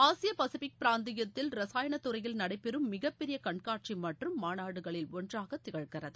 ஆசிய பசிபிக் பிராந்தியத்தில் ரசாயனத்துறையில் நடைபெறும் மிகப்பெரிய கண்காட்சி மற்றும் மாநாடுகளில் ஒன்றாக இது திகழ்கிறது